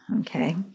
Okay